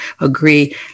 agree